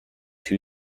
two